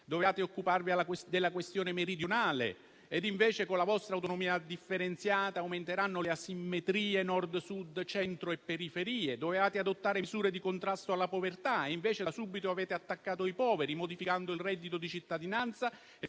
Dovevate occuparvi della questione meridionale ed invece con la vostra autonomia differenziata aumenteranno le asimmetrie tra Nord, Sud, Centro e periferie. Dovevate adottare misure di contrasto alla povertà, invece da subito avete attaccato i poveri, modificando il reddito di cittadinanza